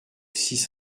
six